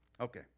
Okay